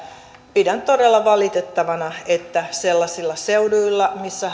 pidän todella valitettavana että sellaisilla seuduilla missä